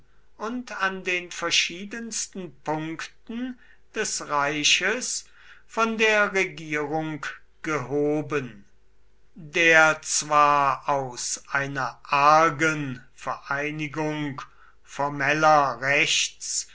und an den verschiedensten punkten des reiches von der regierung gehoben der zwar aus einer argen vereinigung formeller rechts